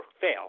fail